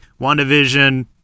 WandaVision